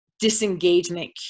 disengagement